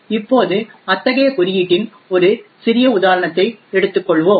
இப்போது அத்தகைய குறியீட்டின் ஒரு சிறிய உதாரணத்தை எடுத்துக்கொள்வோம்